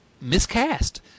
miscast